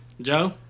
Joe